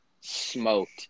smoked